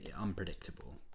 unpredictable